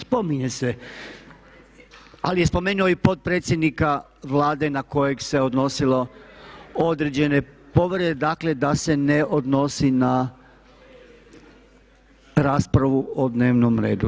Spominje se, …… [[Upadica se ne čuje.]] Ali je spomenuo i potpredsjednika Vlade na kojeg se odnosilo određene povrede, dakle da se ne odnosi na raspravu o dnevnom redu.